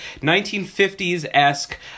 1950s-esque